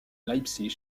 leipzig